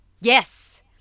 Yes